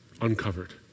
uncovered